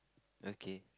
okay